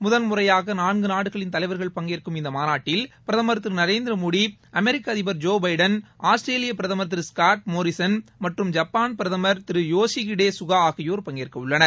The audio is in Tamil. முதன் முறையாக நான்கு நாடுகளின் தலைவர்கள் பங்கேற்கும் இந்த மாநாட்டில் பிரதமர் திரு நரேந்திர மோடி அமெரிக்க அதிபர் ஜோபைடன் ஆஸ்திரேலிய பிரதமர் திரு ஸ்காட் மோரிசன் மற்றும் ஜப்பான் பிரதமர் திரு யோஷிஹிடே சுகா ஆகியோர் பங்கேற்கவுள்ளனர்